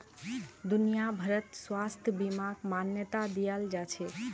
दुनिया भरत स्वास्थ्य बीमाक मान्यता दियाल जाछेक